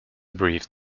brief